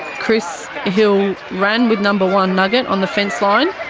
chris hill ran with number one, nugget, on the fence line.